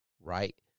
right